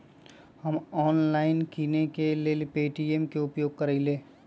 हम ऑनलाइन किनेकेँ लेल पे.टी.एम के उपयोग करइले